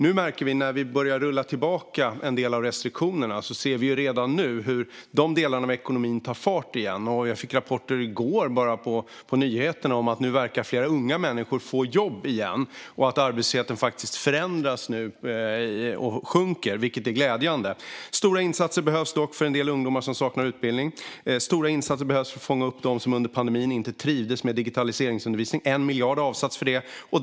När vi nu börjar rulla tillbaka en del av restriktionerna märker vi redan hur dessa delar av ekonomin tar fart igen. Jag fick rapporter i går på nyheterna om att fler unga människor verkar få jobb igen och att arbetslösheten sjunker, vilket är glädjande. Stora insatser behövs dock för en del ungdomar som saknar utbildning. Stora insatser behövs för att fånga upp dem som under pandemin inte trivdes med digital undervisning. 1 miljard har avsatts för det.